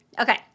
Okay